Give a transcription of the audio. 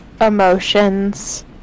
Emotions